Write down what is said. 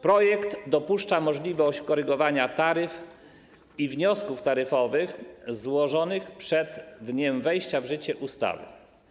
Projekt dopuszcza możliwość korygowania taryf i wniosków taryfowych złożonych przed dniem wejścia w życie ustawy.